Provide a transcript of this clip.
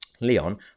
Leon